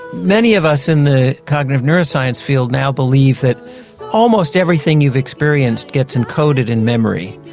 many of us in the cognitive neuroscience field now believe that almost everything you've experienced gets encoded in memory.